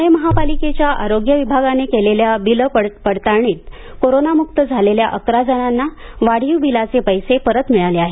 प्णे महापालिकेच्या आरोग्य विभागाने केलेल्या बिलं पडताळणीत कोरोनामुक्त झालेल्या अकरा जणांना वाढीव बिलाचे पैसे परत मिळाले आहेत